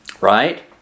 Right